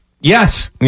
Yes